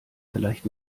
vielleicht